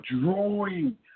drawing